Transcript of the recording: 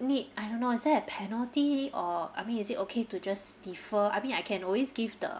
need I don't know is there a penalty or I mean is it okay to just defer I mean I can always give the